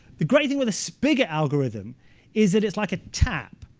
the great thing with the spigot algorithm is that it's like a tap.